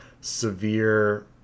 severe